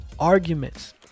Arguments